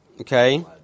Okay